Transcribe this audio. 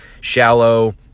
shallow